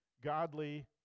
godly